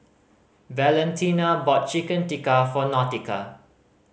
Valentina bought Chicken Tikka for Nautica